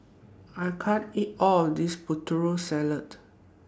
I can't eat All of This Putri Salad